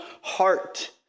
heart